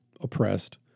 oppressed